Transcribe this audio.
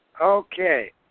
Okay